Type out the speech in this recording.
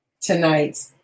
tonight